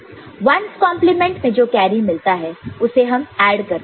1's complement 1's complement में जो carry मिलता है उसे हम ऐड कर देते हैं